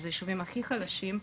שהם היישובים החלשים ביותר,